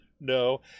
No